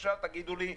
עכשיו, תגידו לי: